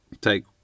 Take